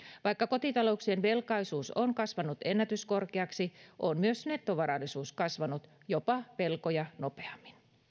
vaikka kotitalouksien velkaisuus on kasvanut ennätyskorkeaksi on myös nettovarallisuus kasvanut jopa pelkoja nopeammin